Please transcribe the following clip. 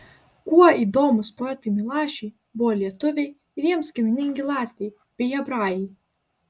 kuo įdomūs poetui milašiui buvo lietuviai ir jiems giminingi latviai bei hebrajai